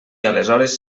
aleshores